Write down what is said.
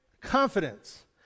confidence